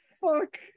fuck